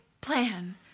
plan